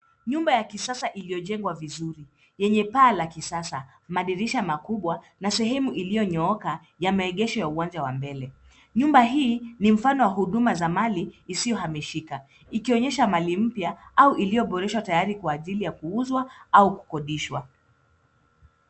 Nyumba ya kisasa iliyojengwa vizuri yenye paa la kisasa, madirisha makubwa na sehemu iliyonyooka ya maegesho ya uwanja wa mbele. Nyumba hii ni mfano wa huduma za mali isiohamishika, ikionyesha mali mpya au iliyoboreshwa tayari kwa ajili ya kuuzwa au kukodishwa.